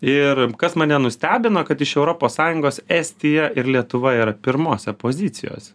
ir kas mane nustebino kad iš europos sąjungos estija ir lietuva yra pirmose pozicijose